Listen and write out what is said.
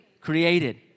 created